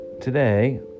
today